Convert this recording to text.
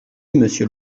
monsieur